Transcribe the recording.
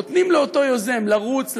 נותנים לאותו יוזם לרוץ,